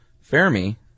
Fermi